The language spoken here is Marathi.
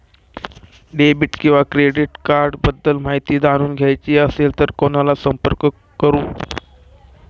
डेबिट किंवा क्रेडिट कार्ड्स बद्दल माहिती जाणून घ्यायची असेल तर कोणाला संपर्क करु?